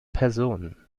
personen